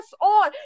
on